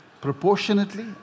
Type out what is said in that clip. proportionately